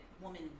Woman